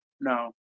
no